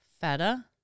Feta